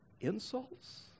insults